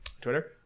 Twitter